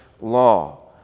law